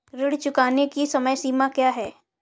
ऋण चुकाने की समय सीमा क्या है?